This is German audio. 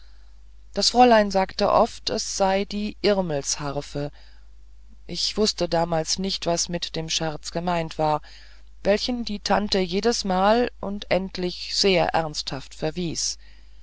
das fräulein sagte oft es sei die irmels harpfe ich wußte damals nicht was mit dem scherz gemeint war welchen die tante jedesmal und endlich sehr ernsthaft verwies